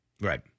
Right